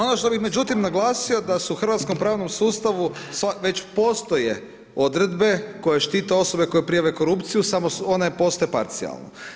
Ono što bi međutim, naglasio da su u hrvatskom pravnom sustavu već postoje odredbe koje štite osobe koje prijave korupciju, samo ona postaje parcijalno.